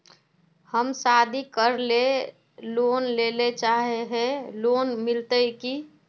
हम शादी करले लोन लेले चाहे है लोन मिलते की?